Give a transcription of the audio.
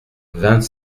vingt